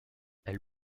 elle